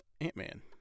Ant-Man